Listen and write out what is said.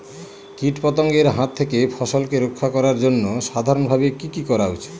কীটপতঙ্গের হাত থেকে ফসলকে রক্ষা করার জন্য সাধারণভাবে কি কি করা উচিৎ?